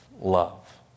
love